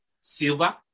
silver